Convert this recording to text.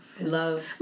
love